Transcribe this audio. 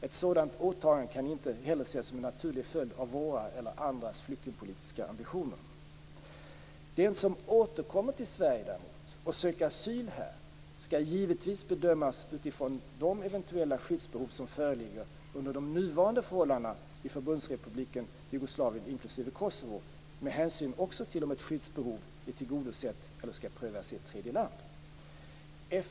Ett sådant åtagande kan inte heller ses som en naturlig följd av våra eller andras flyktingpolitiska ambitioner. Den som däremot återkommer till Sverige och söker asyl här skall givetvis bedömas utifrån de eventuella skyddsbehov som föreligger under de nuvarande förhållandena i Förbundsrepubliken Jugoslavien inklusive Kosovo med hänsyn också till om ett skyddsbehov är tillgodosett eller skall prövas i ett tredje land.